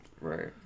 Right